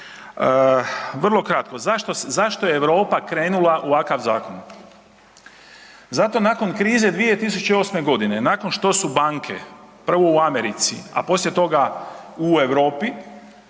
Vrlo kratko, zašto je Europa krenula u ovakav zakon? Zato nakon krize 2008.g., nakon što su banke, prvo u Americi, a poslije toga u Europi,